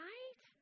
Right